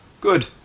good